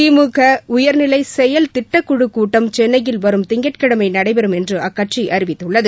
திமுக உயர்நிலை செயல் திட்டக்குழுக் கூட்டம் சென்னையில் வரும் திங்கட்கிழமை நடைபெறும் என்று அக்கட்சி அறிவித்துள்ளது